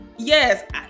Yes